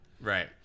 Right